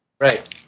Right